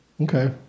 Okay